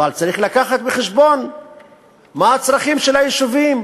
אבל צריך להביא בחשבון מה הצרכים של היישובים.